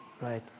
Right